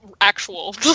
actual